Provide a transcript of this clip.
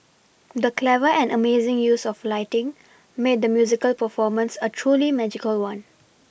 the clever and amazing use of lighting made the musical performance a truly magical one